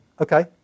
Okay